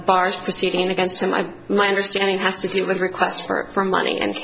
barge proceeding against him by my understanding has to do with requests for money and